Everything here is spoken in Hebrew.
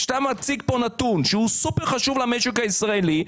כשאתה מציג פה נתון שהוא סופר חשוב למשק הישראלי,